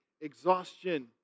exhaustion